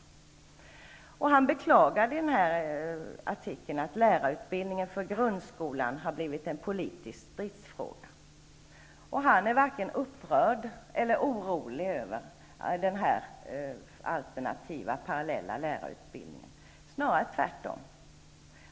Bengt Göransson beklagar i artikeln att lärarutbildningen för grundskolan har blivit en politisk stridsfråga, och han är varken upprörd eller orolig över den alternativa, parallella lärarutbildningen, snarare tvärtom.